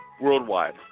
Worldwide